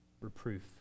reproof